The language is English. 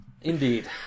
Indeed